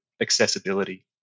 accessibility